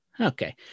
Okay